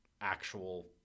actual